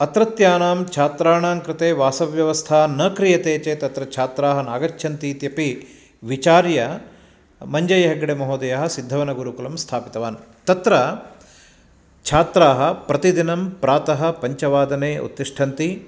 अत्रत्यानां छात्राणां कृते वासव्यवस्था न क्रियते चेत् अत्र छात्राः न आगच्छन्ति इत्यपि विचार्य मञ्जय्यहेग्गडे महोदयः सिद्धवनगुरुकुलं स्थापितवान् तत्र छात्राः प्रतिदिनं प्रातः पञ्चवादने उत्तिष्ठन्ति